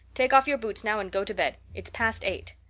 take off your boots now and go to bed. it's past eight.